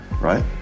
right